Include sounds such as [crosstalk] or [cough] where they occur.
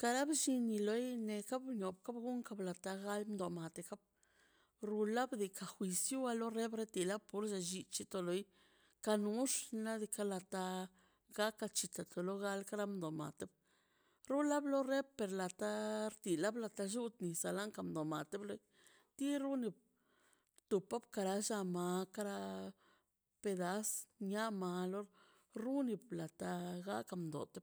Kara bllini loi neka bde nunka lobtabl gal do denaptakod rula dijat disua lobra tila porse llicho do loi kadux nadika lata ga kachita to lo ga [unintelligible] rula roble tula tar la ta blluti tisa la la tomblat loi turrin lo tup ko kara lla makara pedas nialo runi plata gakan bdote